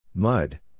Mud